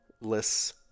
lists